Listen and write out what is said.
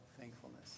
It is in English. thankfulness